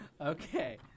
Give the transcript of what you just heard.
Okay